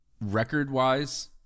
Record-wise